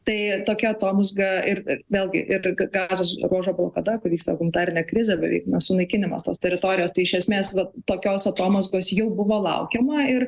tai tokia atomazga ir ir vėlgi ir g gazos ruožo blokada kur vyksta humanitarinė krizė beveik sunaikinimas tos teritorijos tai iš esmės vat tokios atomazgos jau buvo laukiama ir